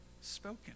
spoken